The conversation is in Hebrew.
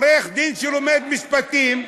עורך דין שלומד משפטים,